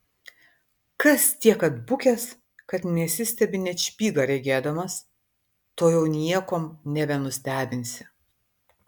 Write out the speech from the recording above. kas tiek atbukęs kad nesistebi net špygą regėdamas to jau niekuom nebenustebinsi